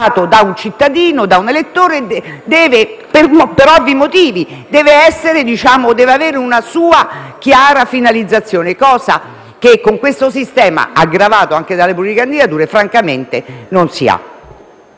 che, con questo sistema, aggravato anche dalle pluricandidature, francamente non si ha.